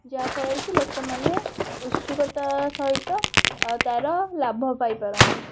ଯାହା ଫଳରେକି ଲୋକମାନେ ଉତ୍ସୁକତା ସହିତ ତା'ର ଲାଭ ପାଇପାରନ୍ତି